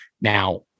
Now